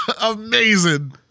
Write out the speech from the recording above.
Amazing